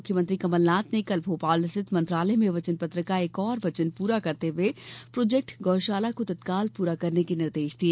मुख्यमंत्री कमल नाथ ने कल भोपाल स्थित मंत्रालय में वचन पत्र का एक और वचन पूरा करते हुए प्रोजेक्ट गौ शाला को तत्काल पूरा करने के निर्देश दिए